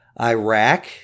Iraq